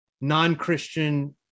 non-Christian